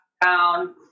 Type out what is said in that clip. down